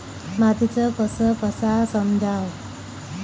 मातीचा कस कसा समजाव?